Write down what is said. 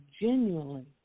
genuinely